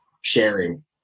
sharing